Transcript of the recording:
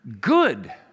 good